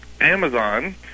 Amazon